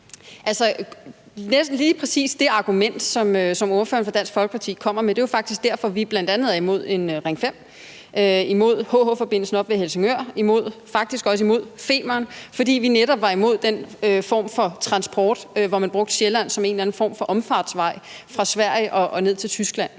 det argument, som ordføreren for Dansk Folkeparti kommer med, er jo faktisk grunden til, at vi bl.a. er imod en Ring 5, imod HH-forbindelsen oppe ved Helsingør, faktisk også imod Femern – fordi vi netop var imod den form for transport, hvor man brugte Sjælland som en eller anden form for omfartsvej fra Sverige og ned til Tyskland.